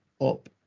up